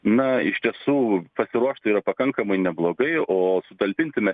na iš tiesų pasiruošti yra pakankamai neblogai o sutalpintsime